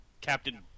Captain